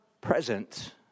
present